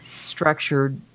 structured